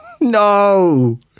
No